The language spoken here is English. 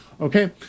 Okay